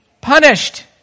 Punished